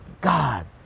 God